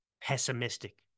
pessimistic